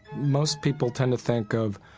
most people tend to think of,